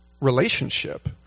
relationship